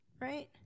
Right